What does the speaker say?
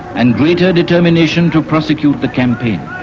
and greater determination to prosecute the campaign.